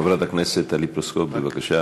חברת הכנסת טלי פלוסקוב, בבקשה.